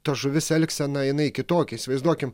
ta žuvis elgsena jinai kitokia įsivaizduokime